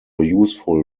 useful